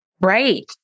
Right